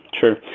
Sure